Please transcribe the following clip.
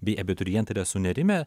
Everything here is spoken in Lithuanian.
bei abiturientai yra sunerimę